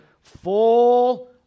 full